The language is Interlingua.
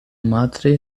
matre